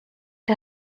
der